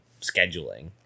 scheduling